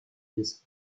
this